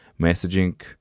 messaging